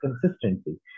consistency